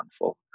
unfold